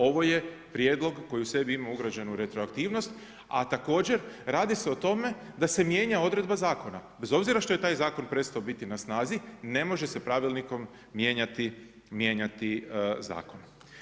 Ovo je prijedlog koji u sebi ima ugrađenu retroaktivnost, a također radi se o tome da se mijenja odredba zakona, bez obzira što je taj zakon prestao biti na snazi, ne može se pravilnikom mijenjati zakon.